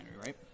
right